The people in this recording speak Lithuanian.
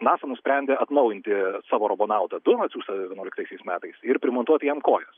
nasa nusprendė atnaujinti savo robonautą du atsiųstą vienuoliktaisiais metais ir primontuoti jam kojas